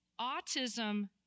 Autism